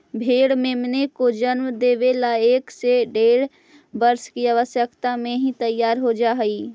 भेंड़ मेमनों को जन्म देवे ला एक से डेढ़ वर्ष की अवस्था में ही तैयार हो जा हई